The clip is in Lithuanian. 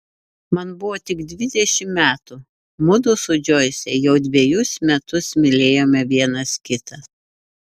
man buvo tik dvidešimt metų mudu su džoise jau dvejus metus mylėjome vienas kitą